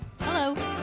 Hello